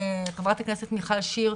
חברת הכנסת מיכל שיר,